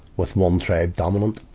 with one tribe dominant.